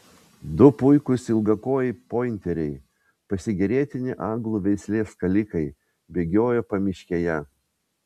du puikūs ilgakojai pointeriai pasigėrėtini anglų veislės skalikai bėgiojo pamiškėje